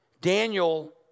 Daniel